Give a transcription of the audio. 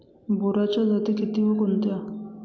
बोराच्या जाती किती व कोणत्या?